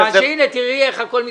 הנה, תראי איך הכול מתמוטט.